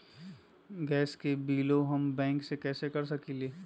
Gas के बिलों हम बैंक से कैसे कर सकली?